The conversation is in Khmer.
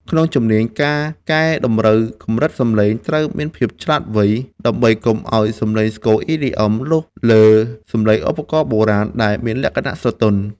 ជំនាញក្នុងការកែតម្រូវកម្រិតសំឡេង ត្រូវមានភាពវៃឆ្លាត ដើម្បីកុំឱ្យសំឡេងស្គរ EDM លុបលើសំឡេងឧបករណ៍បុរាណដែលមានលក្ខណៈស្រទន់។